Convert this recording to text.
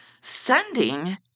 sending